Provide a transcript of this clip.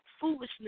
foolishness